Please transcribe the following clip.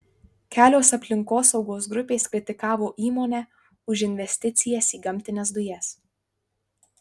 kelios aplinkosaugos grupės kritikavo įmonę už investicijas į gamtines dujas